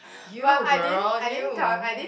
you girl you